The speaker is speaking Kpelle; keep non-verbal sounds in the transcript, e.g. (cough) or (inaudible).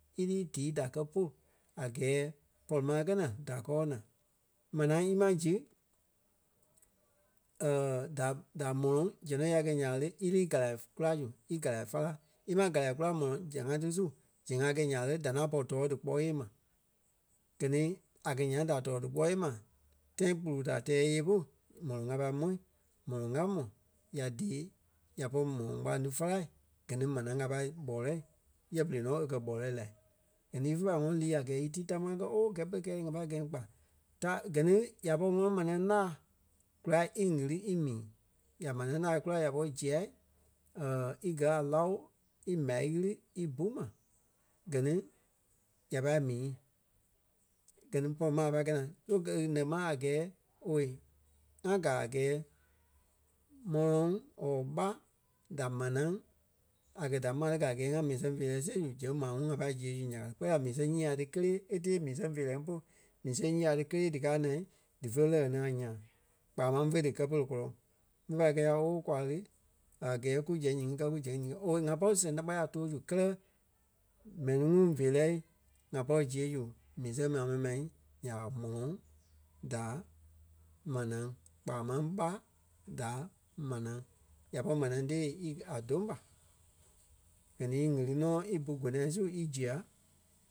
í lí í díi da kɛ̀ polu a gɛɛ pɔri ma e kɛ naa da kɔɔ naa. Manaa ímaŋ zi (hesitation) da- da mɔlɔŋ zɛŋ nɔ ya gɛ̀ nya ɓa lé, í lí galai kula zu í gala fála. Ímaŋ gála kula mɔlɔŋ zãa ti su zɛŋ a kɛi nya ɓa lé, da ŋaŋ pɔri tɔɔ díkpɔɔ yée ma. Gɛ ni a kɛ̀ nyaŋ da tɔɔ díkpɔɔi yée ma tãi gbulu da tɛɛ íyee polu mɔlɔŋ a pâi mɔ́, mɔlɔŋ a mɔ́ ya dée ya pɔri mɔlɔŋ kpàaŋ tí fála gɛ ni manaa a pâi ɓɔlɛɛi yɛ ɓerei nɔ e kɛ̀ ɓɔlɛɛi la. Gɛ ní ífe pâi ŋɔnɔ lii a gɛɛ ítii tamaa kɛ ooo kɛ́ pere kɛɛ lé, a pâi gɛi ŋí kpa ta- gɛ ni ya pɔri ŋɔnɔ manaa laa kula í ɣili í mii. Ya manaa laa kula ya pɔri zia (hesitation) í gɛ̀ a láo í m̀á ɣíli í bu ma gɛ ni ya pâi mii. Gɛ ni pɔri ma a pai kɛi naa. So gɛ ni nɛ́ ma a gɛɛ owei. ŋa gaa a gɛɛ mɔlɔŋ or ɓá da manaa a kɛ̀ da ḿare a gɛɛ ŋa mii sɛn feerɛ siɣe zu zɛŋ maa ŋuŋ ŋa pâi ziɣe zu nya ka ŋí kpɛɛ la mii sɛŋ nyii ŋai ŋí kélee é tɛɛ mii sɛŋ feerɛ ŋí polu. Mii sɛŋ nyíi ŋí ti kélee díkaa naa dífe lɛɣɛ ní a ńyãa. Kpaa máŋ fé dí kɛ́ pere kɔlɔŋ. Ḿve pâi kɛɛ ya ooo kwa lí a gɛɛ kú zɛŋ nyíŋi kɛ kú zɛŋ nyíŋi kɛ owei ŋa pɔri sɛŋ ta pa ya tóo zu. Kɛlɛ mɛni ŋuŋ feerɛi ŋa pɔri ziɣe zu mii sɛŋ maa mɛni ma nya ɓa mɔlɔŋ da manaa kpaa máŋ ɓá da manaa. Ya pɔri manaa tée í- a dôŋ ɓa gɛ ni í ɣili nɔ í bú gonâ su í zia,